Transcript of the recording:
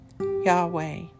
Yahweh